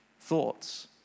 thoughts